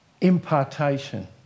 impartation